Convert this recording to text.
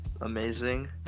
amazing